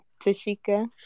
Tashika